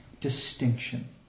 Distinction